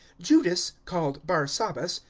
judas, called bar-sabbas,